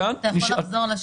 תוכל לחזור?